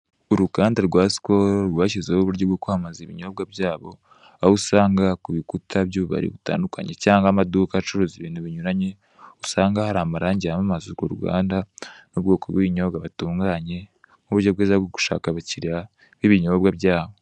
Uruganda rwa sikolo rwashyizeho uburyo bwo kwamamaza ibinyobwa bya bo, aho usanga kubikuta by'ububari butandukanye cyangwa amaduka acuruza ibintu binyuranye, usanga hari amarange yamamaza urwo ruganda n'ubwoko bwibinyobwa batunganye nkuburyo bwo gushaka abakiliya b'ibinyobwa byabo.